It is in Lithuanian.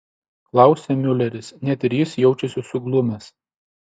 klausia miuleris net ir jis jaučiasi suglumęs